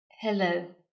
Hello